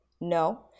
No